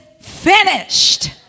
finished